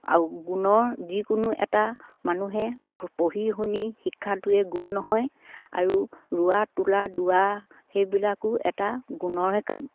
আৰু গুণৰ যিকোনো এটা মানুহে পঢ়ি শুনি শিক্ষাটোৱে গুণ নহয় আৰু ৰোৱা তোলা দোৱা সেইবিলাকো এটা গুণৰহে কাম